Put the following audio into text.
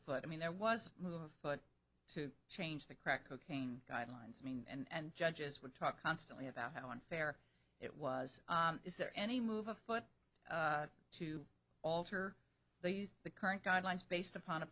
afoot i mean there was a move afoot to change the crack cocaine guidelines mean and judges would talk constantly about how unfair it was is there any move afoot to alter the use the current guidelines based upon a